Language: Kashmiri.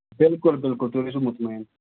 بِلکُل بِلکُل تُہۍ روٗزِو مُطمعیٖن